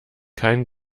kein